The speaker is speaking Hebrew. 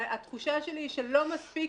והתחושה שלי היא שלא מספיק